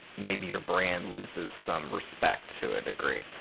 maybe your brand loses some respect to a degree.